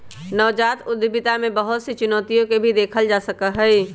नवजात उद्यमिता में बहुत सी चुनौतियन के भी देखा जा सका हई